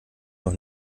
noch